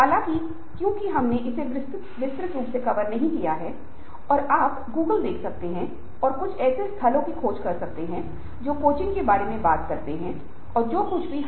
हर सफलता के साथ अपने आप को पुरस्कृत करें दोस्तों के साथ मनाएं और इसी तरह से जारी रखें जब तक आप दीर्घकालिक लक्ष्य को पूरा नहीं कर लेते यह एक ऐसी प्रक्रिया है जो योजना करना जांचना और कार्य करना है और यहाँ Deff की कहानी है